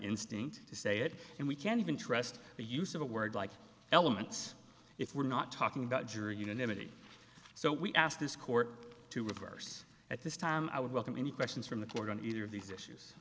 instinct to say it and we can't even trust the use of a word like elements if we're not talking about jury unanimity so we asked this court to reverse at this time i would welcome any questions from the court on either of these issues